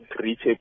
reach